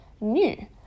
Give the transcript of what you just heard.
new